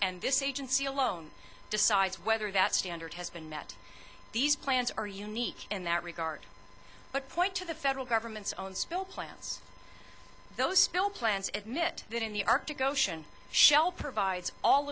and this agency alone decides whether that standard has been met these plans are unique in that regard but point to the federal government's own spill plans those spill plans at mit that in the arctic ocean shell provides all